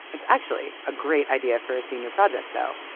it's actually a great idea for a senior project though.